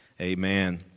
amen